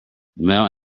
male